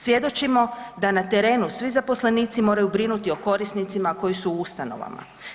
Svjedočimo da na terenu svi zaposlenici moraju brinuti o korisnicima koji su u ustanovama.